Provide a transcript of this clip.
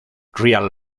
real